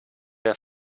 der